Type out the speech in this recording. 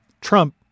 Trump